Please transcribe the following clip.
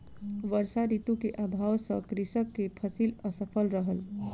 वर्षा ऋतू के अभाव सॅ कृषक के फसिल असफल रहल